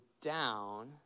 down